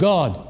God